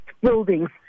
buildings